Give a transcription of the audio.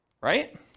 right